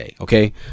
Okay